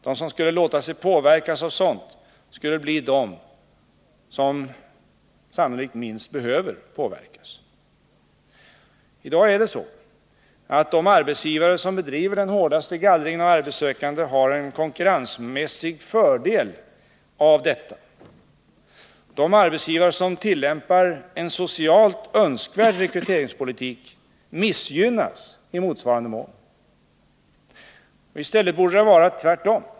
De som skulle låta sig påverkas av sådant skulle sannolikt bli de som minst behöver påverkas. I dag är det så att de arbetsgivare som bedriver den hårdaste gallringen av arbetssökande har en konkurrensmässig fördel av detta. De arbetsgivare som tillämpar en socialt önskvärd rekryteringspolitik missgynnas i motsvarande mån. Det borde i stället vara tvärtom.